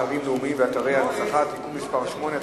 אתרים לאומיים ואתרי הנצחה (תיקון מס' 8),